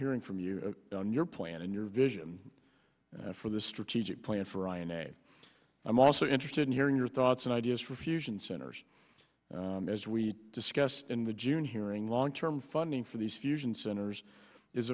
hearing from you on your plan and your vision for the strategic plan for i ne i'm also interested in hearing your thoughts and ideas for fusion centers as we discussed in the june hearing long term funding for these fusion centers is